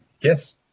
Yes